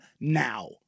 now